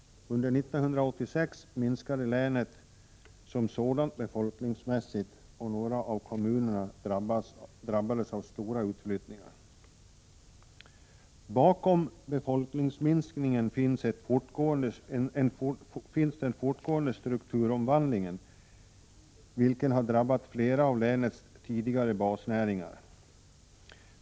Under 1986 minskade länet som sådant befolkningsmässigt, och några av kommunerna drabbades av stora utflyttningar. Bakom befolkningsminskningen finns den fortgående strukturomvandling som har drabbat flera av länets tidigare basnäringar.